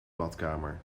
badkamer